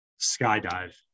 skydive